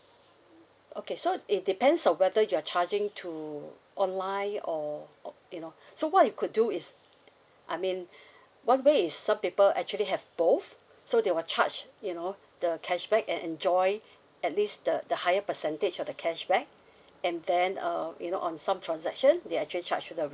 okay so it depends on whether you're charging to online or or you know so what you could do is I mean one way is some people actually have both so they will charge you know the cashback and enjoy at least the the higher percentage of the cashback and then uh you know on some transaction they actually charge to the